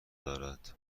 دارد